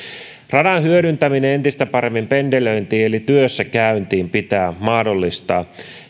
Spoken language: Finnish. radan hyödyntäminen entistä paremmin pendelöintiin eli työssäkäyntiin pitää mahdollistaa